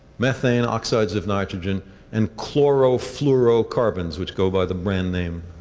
methane, oxides of nitrogen and chlorofluorocarbons, which go by the brand name